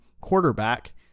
quarterback